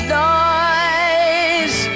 noise